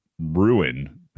ruin